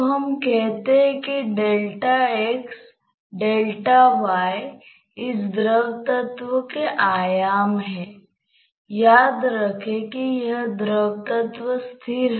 हम कहें कि यह एक गर्म इलेक्ट्रॉनिक चिप है और आप इसे ठंडा करना चाहते हैं